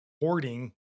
hoarding